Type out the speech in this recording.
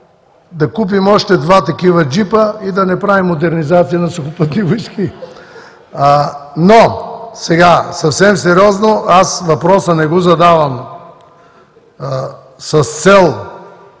да купим още два такива джипа и да не правим модернизация на Сухопътни войски. (Смях.) Сега съвсем сериозно, въпросът не го задавам с цел